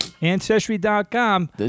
Ancestry.com